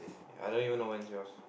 ya I don't even know when's yours